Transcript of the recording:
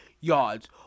yards